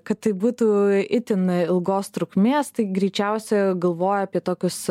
kad tai būtų itin ilgos trukmės tai greičiausia galvoja apie tokius